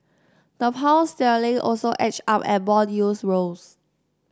the Pound sterling also edged up and bond yields rose